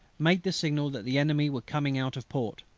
made the signal that the enemy were coming out of port.